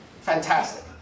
Fantastic